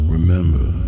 Remember